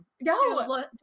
No